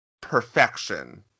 perfection